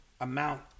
amount